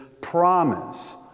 promise